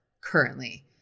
currently